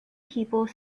people